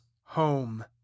home